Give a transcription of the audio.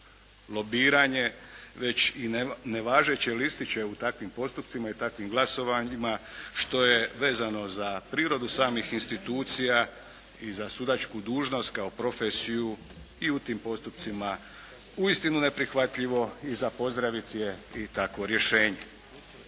lobiranje već i nevažeće listiće u takvim postupcima i takvim glasovanjima što je vezano za prirodu samih institucija i za sudačku dužnost kao profesiju i u tim postupcima uistinu neprihvatljivo i za pozdraviti je i takvo rješenje.